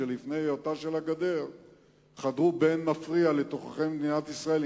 שלפני היותה של הגדר חדרו באין מפריע לתוככי מדינת ישראל,